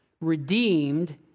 redeemed